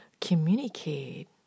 communicate